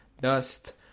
dust